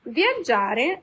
viaggiare